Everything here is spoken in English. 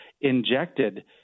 injected